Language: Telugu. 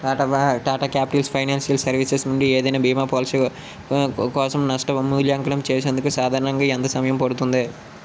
టాటాబా టాటా క్యాపిటల్ ఫైనాన్షియల్ సర్వీసెస్ నుండి ఏదైన బీమా పాలసీ కోసం నష్ట మూల్యాంకనం చేసేందుకు సాధారణంగా ఎంత సమయం పడుతుంది